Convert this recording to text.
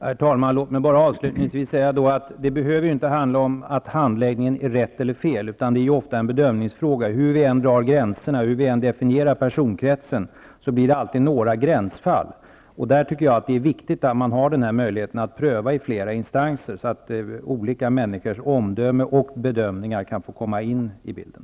Herr talman! Låt mig bara avslutningsvis säga att det inte behöver handla om att handläggningen är rätt eller fel, utan det är ofta en bedömningsfråga. Hur vi än drar gränserna och hur vi än definierar personkretsen, blir det alltid några gränsfall. Därför tycker jag att det är viktigt att det finns möjlighet att pröva fallen i flera instanser, så att olika människors omdömen och bedömningar kan få komma in i bilden.